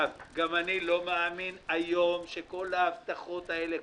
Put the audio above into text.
גם אני לא מאמין היום שכל ההבטחות האלה,